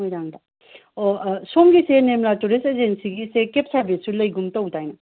ꯃꯣꯏꯔꯥꯡꯗ ꯁꯣꯝꯒꯤꯁꯦ ꯅꯤꯔꯃꯂꯥ ꯇꯨꯔꯤꯁꯠ ꯑꯦꯖꯦꯟꯁꯤꯒꯤꯁꯦ ꯀꯦꯕ ꯁꯔꯕꯤꯁꯁꯨ ꯂꯩꯒꯨꯝ ꯇꯧꯗꯥꯏꯅꯦ